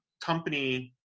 company